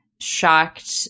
shocked